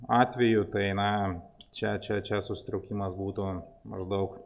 atveju tai na čia čia čia susitraukimas būtų maždaug